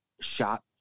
shot